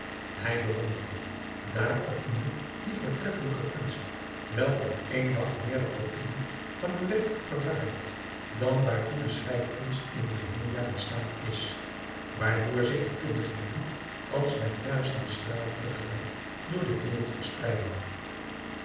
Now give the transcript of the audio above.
hij bewonderde daar op nieuw die voortreffelijke kunst welke op één dag meerder kopijen van een werk vervaardigt dan waartoe de schrijfkunst in een geheel jaar in staat is waardoor zich de kundigheden als met duizende stralen te gelijk door de wereld verspreiden